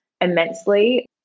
immensely